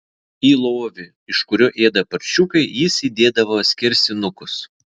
į lovį iš kurio ėda paršiukai jis įdėdavo skersinukus